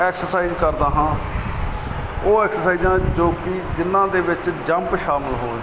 exercise ਕਰਦਾ ਹਾਂ ਉਹ ਐਕਸਰਸਾਈਜ਼ਾਂ ਜੋ ਕਿ ਜਿਹਨਾਂ ਦੇ ਵਿੱਚ ਜੰਪ ਸ਼ਾਮਿਲ ਹੋ